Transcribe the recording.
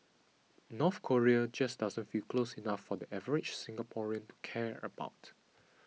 North Korea just doesn't feel close enough for the average Singaporean to care about